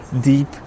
deep